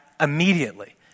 immediately